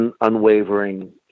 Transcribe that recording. unwavering